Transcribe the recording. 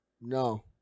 No